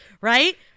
Right